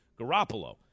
Garoppolo